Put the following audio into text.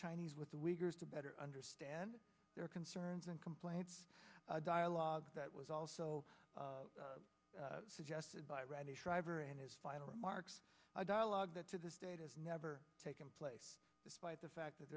chinese with the wiggers to better understand their concerns and complaints a dialogue that was also suggested by randy shriver in his final remarks a dialogue that to the state has never taken place despite the fact that